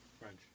French